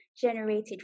generated